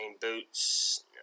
boots